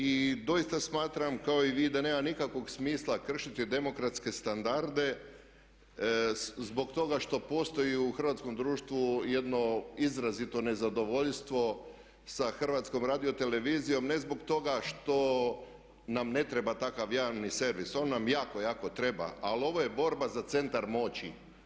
I doista smatram kao i vi da nema nikakvog smisla kršiti demokratske standarde zbog toga što postoji u hrvatskom društvu jedno izrazito nezadovoljstvo sa HRT-om ne zbog toga što nam ne treba takav jedan ni servis, on nam jako, jako treba ali ovo je borba za centar moći.